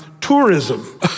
tourism